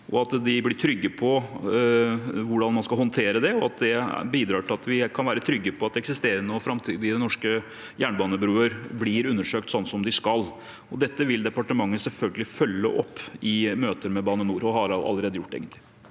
at de blir trygge på hvordan man skal håndtere dette, og at det bidrar til at vi kan være trygge på at eksisterende og framtidige norske jernbanebruer blir undersøkt sånn som de skal. Dette vil departementet selvfølgelig følge opp i møter med Bane NOR, og det har egentlig